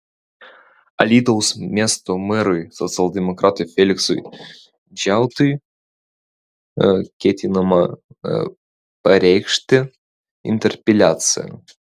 alytaus miesto merui socialdemokratui feliksui džiautui ketinama pareikšti interpeliaciją